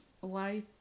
white